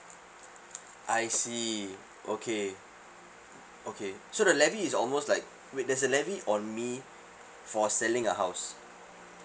I see okay okay so the levy is almost like wait there's a levy on me for selling a house